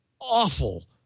awful